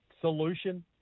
solution